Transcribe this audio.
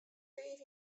fiif